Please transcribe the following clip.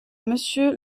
monsieur